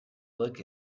look